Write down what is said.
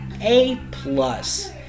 A-plus